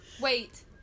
Wait